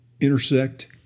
intersect